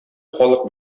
халык